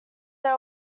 they